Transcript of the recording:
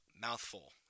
Mouthful